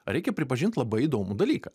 reikia pripažint labai įdomų dalyką